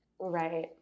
Right